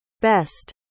Best